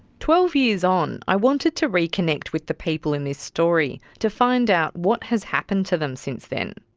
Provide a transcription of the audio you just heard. twelve years on, i wanted to reconnect with the people in this story, to find out what has happened to them since then.